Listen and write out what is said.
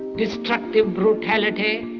destructive brutality,